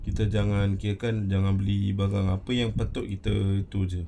kita jangan clear kan jangan beli panggang apa yang patut kita tu jer